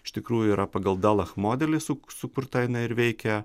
iš tikrųjų yra pagal dalach modelį su sukurta jinai ir veikia